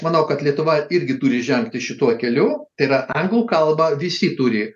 manau kad lietuva irgi turi žengti šituo keliu tai yra anglų kalbą visi turi